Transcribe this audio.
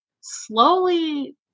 slowly